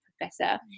professor